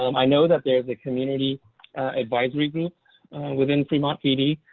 um i know that there's a community advisory group within fremont pd,